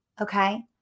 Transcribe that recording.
Okay